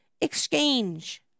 Exchange